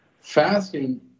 Fasting